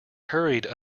hurried